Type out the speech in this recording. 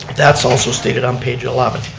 that's also stated on page eleven.